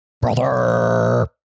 brother